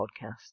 podcast